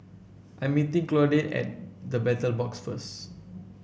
I'm meeting Claudine at The Battle Box first